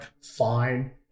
fine